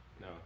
No